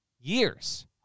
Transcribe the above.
years